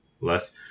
less